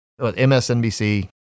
MSNBC